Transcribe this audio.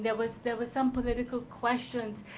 there were so there were some political questions